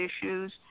issues